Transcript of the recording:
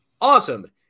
awesome